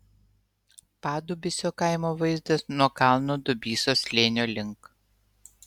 padubysio kaimo vaizdas nuo kalno dubysos slėnio link